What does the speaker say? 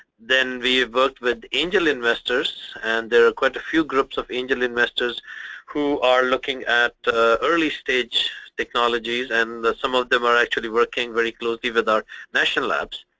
then we worked with angel investors and there are quite a few groups of angel investors who are looking at early stage technologies and some of them are actually working very closely with our national labs.